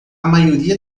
maioria